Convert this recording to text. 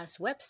website